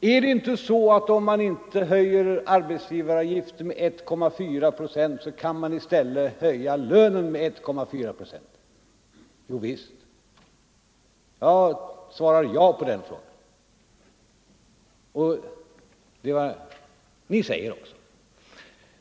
Är det inte så att om man inte höjer arbetsgivaravgiften med 1,4 procent kan man i stället höja lönen med 1,4 procent? Jo, visst — jag svarar ja på den frågan, och det är vad ni säger också.